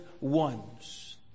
ones